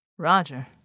Roger